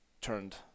turned